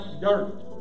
dirt